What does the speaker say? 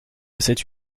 cette